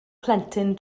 plentyn